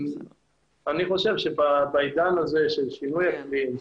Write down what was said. אני חושב שבעידן הזה של שינוי אקלים,